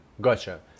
gotcha